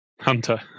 hunter